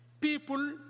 people